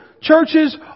Churches